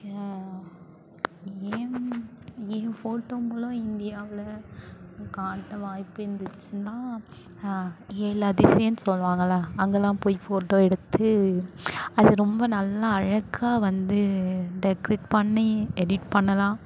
என் என் என் ஃபோட்டோ மூலம் இந்தியாவில் காட்ட வாய்ப்பு இருந்துச்சுன்னா ஏழு அதிசியம்னு சொல்லுவாங்கள்லே அங்கெல்லாம் போய் ஃபோட்டோ எடுத்து அது ரொம்ப நல்லா அழகாக வந்து டெக்கரேட் பண்ணி எடிட் பண்ணலாம்